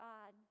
God